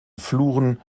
fluren